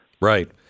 Right